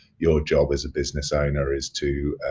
your job as a business owner is to